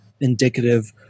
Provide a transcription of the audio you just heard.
indicative